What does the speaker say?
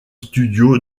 studio